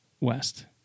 West